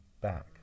back